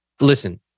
Listen